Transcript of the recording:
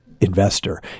investor